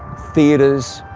theaters,